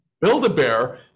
build-a-bear